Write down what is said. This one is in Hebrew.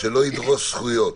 שלא ידרוס זכויות